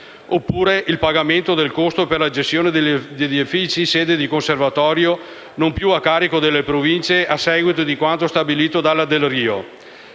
oppure il pagamento del costo per la gestione degli edifici sede di conservatorio non più a carico delle Province, a seguito di quanto stabilito dalla legge